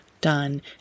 done